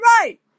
right